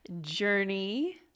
journey